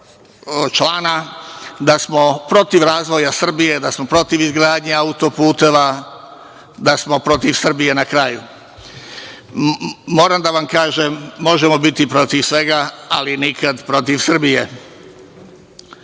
da smo protiv razvoja Srbije, da smo protiv izgradnje autoputeva, smo protiv Srbije na kraju. Moram da vam kažem da možemo biti protiv svega, ali nikada protiv Srbije. Što